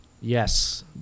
Yes